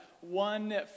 one